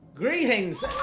Greetings